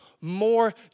more